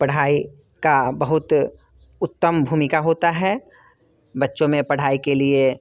पढ़ाई की बहुत उत्तम भूमिका होती है बच्चों में पढ़ाई के लिए